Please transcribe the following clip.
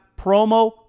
promo